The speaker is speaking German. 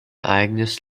eigenes